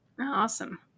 Awesome